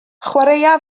chwaraea